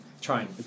Trying